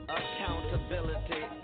accountability